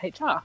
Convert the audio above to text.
HR